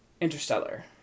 Interstellar